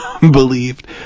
believed